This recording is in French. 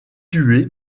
tué